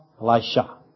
Elisha